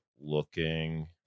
looking